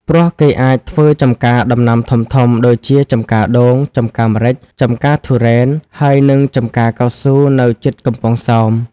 ព្រោះគេអាចធ្វើចំការដំណាំធំៗ ដូចជាចំការដូង ចំការម្រេច ចំការធូរេន ហើយនិងចំការកៅស៊ូនៅជិតកំពង់ សោម ។